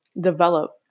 develop